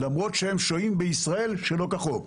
למרות שהם שוהים בישראל שלא כחוק.